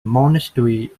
monastery